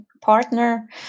partner